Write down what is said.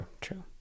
true